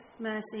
mercy